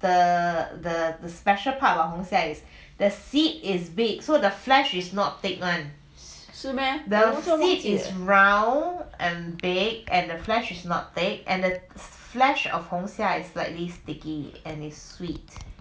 是 meh